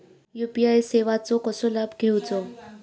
UPI सेवाचो कसो लाभ घेवचो?